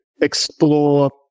explore